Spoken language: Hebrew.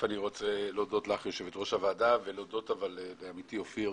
אני רוצה להודות לך יושבת ראש הוועדה ולהודות לעמיתי אופיר